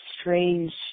strange